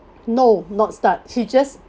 no not start he just